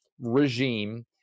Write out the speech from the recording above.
regime